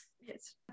yes